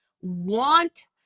want